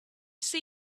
see